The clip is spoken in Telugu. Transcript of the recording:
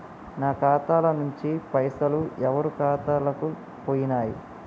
నా ఖాతా ల నుంచి పైసలు ఎవరు ఖాతాలకు పోయినయ్?